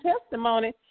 testimony